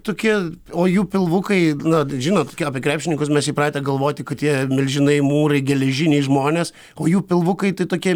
tokie o jų pilvukai na žinot apie krepšininkus mes įpratę galvoti kad tie milžinai mūrai geležiniai žmonės o jų pilvukai tai tokie